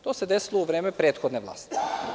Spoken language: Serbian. To se desilo u vreme prethodne vlasti.